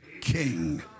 king